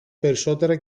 περισσότερα